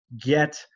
get